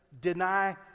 deny